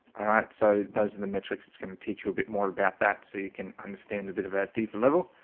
alright, so those are the metrics it's going to teach you a bit more about that so you can understand a bit of our deeper level